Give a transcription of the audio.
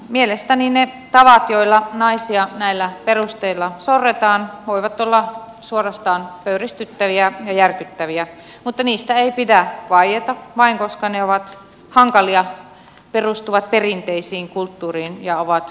mielestäni ne tavat joilla naisia näillä perusteilla sorretaan voivat olla suorastaan pöyristyttäviä ja järkyttäviä mutta niistä ei pidä vaieta vain koska ne ovat hankalia perustuvat perinteisiin kulttuuriin ja ovat kiusallisia